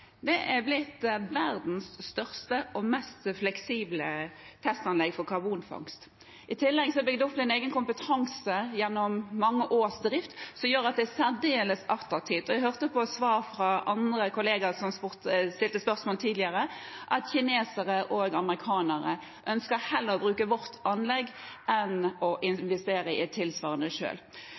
Det er blitt verdens største og mest fleksible testanlegg for karbonfangst. I tillegg er det gjennom mange års drift bygd opp en egen kompetanse som gjør at det er særdeles attraktivt. Jeg hørte fra andre kolleger som har stilt spørsmål tidligere, at kinesere og amerikanere ønsker heller å bruke vårt anlegg enn å investere i et tilsvarende